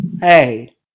Hey